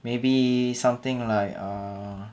maybe something like err